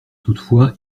toutefois